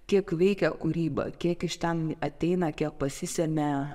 kiek veikia kūrybą kiek iš ten ateina kiek pasisemia